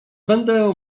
będę